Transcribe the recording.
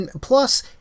plus